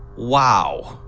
wow!